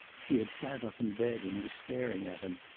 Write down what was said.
she had sat up in bed, and was staring at him.